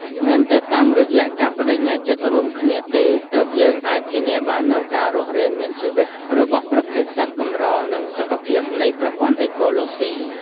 មានតែតាមរយៈការប្ដេជ្ញាចិត្តរួមគ្នាទេ ទើបយើងអាចធានាបាននូវការរស់រានមានជីវិតរបស់ប្រភេទសត្វកម្រ និងសុខភាពនៃប្រព័ន្ធអេកូឡូស៊ី។